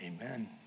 Amen